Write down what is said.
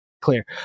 clear